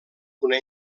una